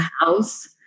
house